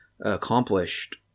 accomplished